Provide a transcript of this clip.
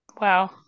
Wow